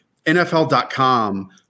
NFL.com